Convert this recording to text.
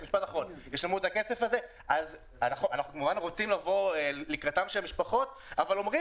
אנחנו כמובן רוצים לבוא לקראת המשפחות אבל אומרים